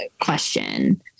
question